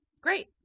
Great